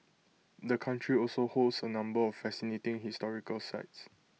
the country also holds A number of fascinating historical sites